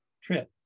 trip